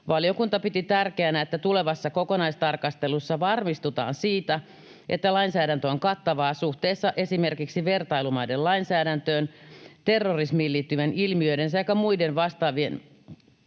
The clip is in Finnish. valiokunta piti tärkeänä, että tulevassa kokonaistarkastelussa varmistutaan siitä, että lainsäädäntö on kattavaa suhteessa esimerkiksi vertailumaiden lainsäädännön, terrorismiin liittyvien ilmiöiden sekä muiden vastaavien seikkojen